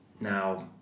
Now